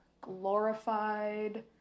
glorified